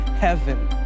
heaven